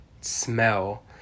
smell